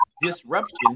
disruption